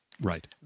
Right